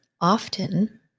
often